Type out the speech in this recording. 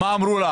מה אמרו לה